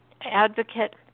advocate